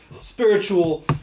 spiritual